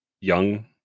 young